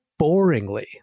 boringly